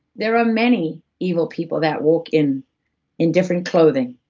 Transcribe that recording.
there are many evil people that walk in in different clothing,